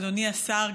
אדוני סגן השר,